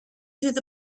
through